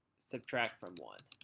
subtract from one.